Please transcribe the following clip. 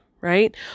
right